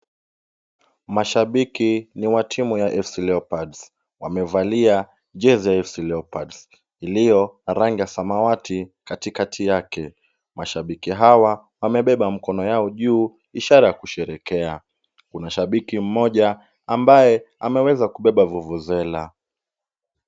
Mashabiki ni wa timu ya FC Leopards. Wamevalia jezi ya FC Leopards iliyo na rangi ya samawati katikati yake. Mashabiki hawa wamebeba mkono yao juu ishara ya kusherekea. Kuna shabiki mmoja ambaye ameweza kubeba vuvuzela.